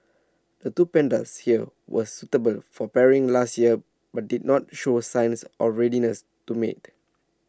the two pandas here were suitable for pairing last year but did not show signs of readiness to mate